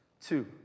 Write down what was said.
Two